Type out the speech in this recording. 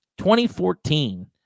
2014